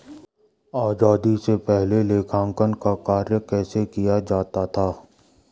आजादी से पहले लेखांकन का कार्य कैसे किया जाता था?